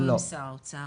לא עם שר האוצר.